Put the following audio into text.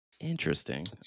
Interesting